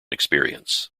experience